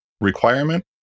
requirement